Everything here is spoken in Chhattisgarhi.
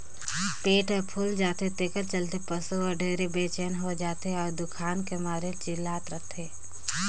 पेट हर फूइल जाथे तेखर चलते पसू हर ढेरे बेचइन हो जाथे अउ दुखान के मारे चिल्लात रथे